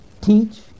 teach